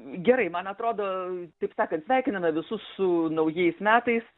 gerai man atrodo taip sakant sveikiname visus su naujais metais